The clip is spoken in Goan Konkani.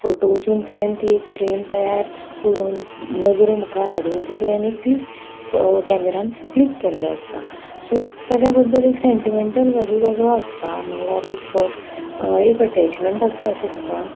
फोटो वचून तुवें ती एक फ्रेम तयार करून नजरे मुखार हाडून ती तुवें एक क्लीक कॅमेरान क्लीक केल्ले आसता सो ताच्या बद्दल एक सेंटीमेंटल वेल्यू वेगळो आसता म्हणल्यार एक एक अटेचमेंट आसता अशें तुका